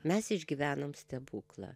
mes išgyvenom stebuklą